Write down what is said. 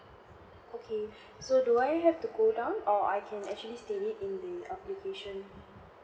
okay so do I have to go down or I can actually state it in the application